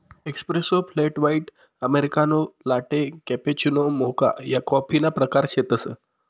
espresso, flat white, americano, latte, cappuccino, mocha या कॉफीना प्रकार शेतसं